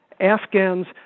Afghans